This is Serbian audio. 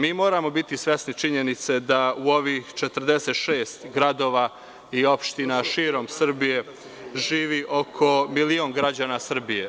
Mi moramo biti svesni činjenice da u ovih 46 gradova i opština širom Srbije živi oko milion građana Srbije.